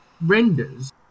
renders